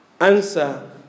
Answer